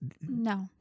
no